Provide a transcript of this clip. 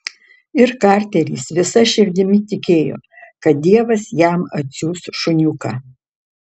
ir karteris visa širdimi tikėjo kad dievas jam atsiųs šuniuką